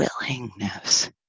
willingness